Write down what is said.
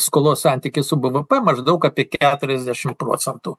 skolos santykį su bvp maždaug apie keturiasdešim procentų